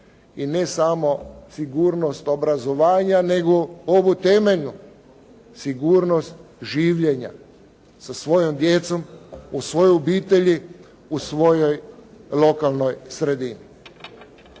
i ne samo sigurnost obrazovanja nego ovu temeljnu sigurnost življenja sa svojom djecom, u svojoj obitelji, u svojoj lokalnoj sredini.